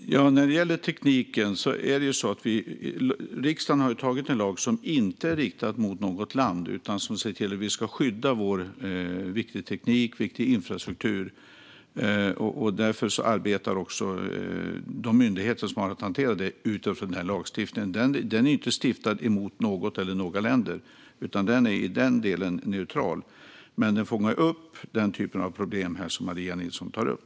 Fru talman! När det gäller tekniken har riksdagen antagit en lag som inte är riktad mot något land utan som ska se till att vi skyddar viktig teknik och viktig infrastruktur. Därför arbetar också de myndigheter som har att hantera detta utifrån denna lagstiftning. Den är inte stiftad emot något eller några länder, utan den är i denna del neutral. Men den fångar upp den typ av problem som Maria Nilsson tar upp.